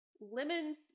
lemons